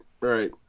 right